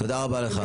תודה רבה לך.